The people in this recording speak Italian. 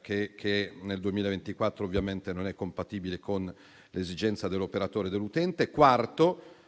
che nel 2024 ovviamente non è compatibile con le esigenze dell'operatore e dell'utente. Il quarto